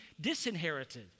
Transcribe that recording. disinherited